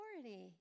authority